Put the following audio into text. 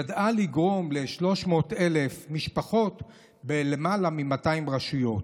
ידעה לגרום ל-300,000 משפחות בלמעלה מ-200 רשויות,